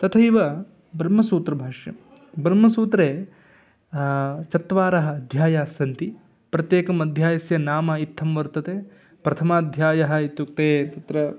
तथैव ब्रह्मसूत्रभाष्यं ब्रह्मसूत्रे चत्वारः अध्यायास्सन्ति प्रत्येकम् अध्यायस्य नाम इत्थं वर्तते प्रथमाेध्यायः इत्युक्ते तत्र